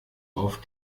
auf